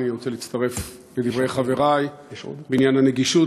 אני רוצה להצטרף לדברי חברי בעניין הנגישות